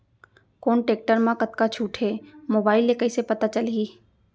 कोन टेकटर म कतका छूट हे, मोबाईल ले कइसे पता चलही?